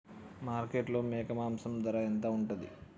మార్కెట్లో మేక మాంసం ధర ఎంత ఉంటది?